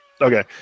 Okay